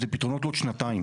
אני,